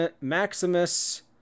Maximus